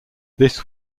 this